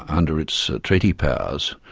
under its treaty powers,